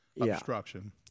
obstruction